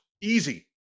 easy